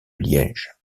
liège